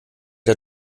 der